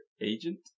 agent